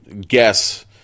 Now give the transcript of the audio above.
guess